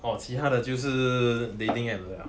orh 其他的就是 dating app 的 liao